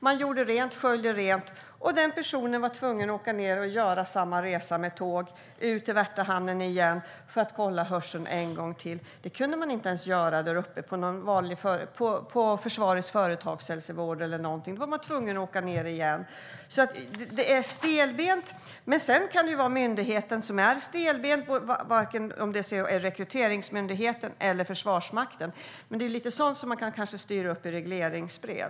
Man sköljde rent, och den här personen var sedan tvungen att göra samma resa med tåg och ta sig ut till Värtahamnen igen för att kolla hörseln en gång till. Det kunde man inte göra där uppe på försvarets företagshälsovård eller någonting liknande. Det är alltså stelbent. Sedan kan det vara någon av myndigheterna, Rekryteringsmyndigheten eller Försvarsmakten, som är stelbent. Det är lite sådant som man kanske kan styra upp i regleringsbrev.